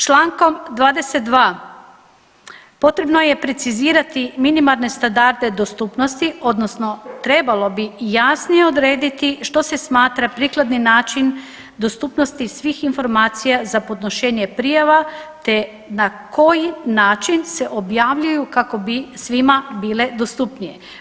Čl. 22 potrebno je precizirati minimalne standarde dostupnosti, odnosno trebalo bi jasnije odrediti što se smatra prikladni način dostupnosti svih informacija za podnošenje prijava te na koji način se objavljuju kako bi svima bile dostupnije.